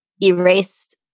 erase